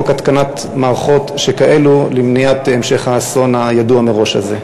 התקנת מערכות כאלו למניעת המשך האסון הידוע מראש הזה?